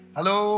Hello